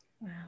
wow